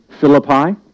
Philippi